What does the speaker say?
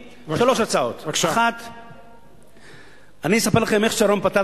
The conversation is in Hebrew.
שלוש הצעות: 1. אני אספר לכם איך שרון פתר